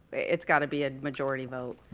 it's got to be a majority vote.